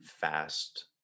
fast